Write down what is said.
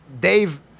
Dave